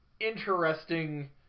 interesting